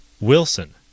Wilson